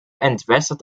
entwässert